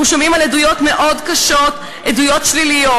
אנחנו שומעים עדויות מאוד קשות, עדויות שליליות.